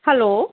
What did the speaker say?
hello